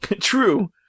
True